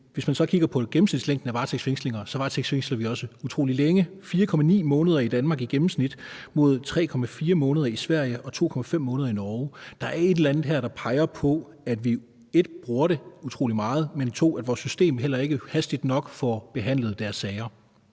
hvis man så kigger på gennemsnitslængden af varetægtsfængslinger, så varetægtsfængsler vi også utrolig længe. I Danmark er det i gennemsnit 4,9 måneder mod 3,4 måneder i Sverige og 2,5 måneder i Norge. Der er et eller andet her, der både peger på, at vi bruger det utrolig meget, og at vores system heller ikke hastigt nok får behandlet deres sager.